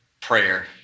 prayer